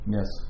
Yes